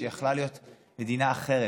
שיכלה להיות מדינה אחרת,